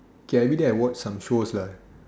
okay everyday I watch some shows lah